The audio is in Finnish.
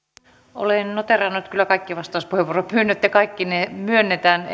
olen noteerannut kyllä kaikki vastauspuheenvuoropyynnöt ja kaikki ne myönnetään